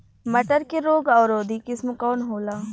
मटर के रोग अवरोधी किस्म कौन होला?